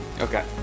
Okay